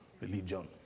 religion